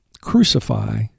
crucify